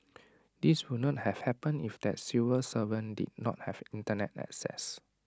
this would not have happened if that civil servant did not have Internet access